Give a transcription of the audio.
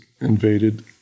invaded